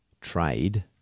trade